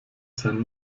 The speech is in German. sein